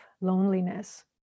loneliness